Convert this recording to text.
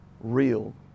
real